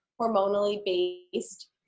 hormonally-based